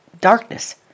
darkness